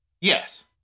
yes